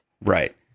Right